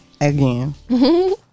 again